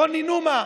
רוני נומה,